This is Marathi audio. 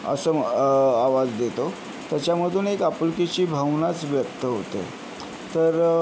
असं आवाज देतो त्याच्यामधून एक आपुलकीची भावनाच व्यक्त होते तर